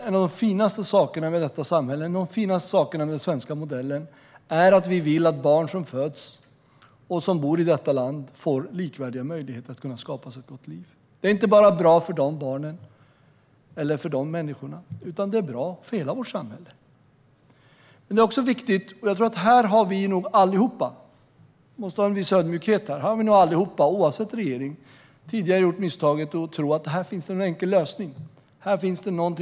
En av de finaste sakerna med den svenska modellen är att vi vill att barn som föds och som bor i detta land ska få likvärdiga möjligheter att skapa sig ett gott liv. Det är bra, inte bara för de barnen eller de människorna utan för hela vårt samhälle. Jag tror att vi allihop, oavsett regering - vi måste ha en viss ödmjukhet här - har gjort misstaget tidigare att tro att det finns en enkel lösning på det här.